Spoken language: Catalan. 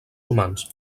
humans